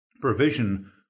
provision